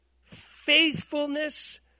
faithfulness